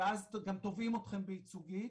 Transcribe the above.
ואז גם תובעים אתכם בייצוגית,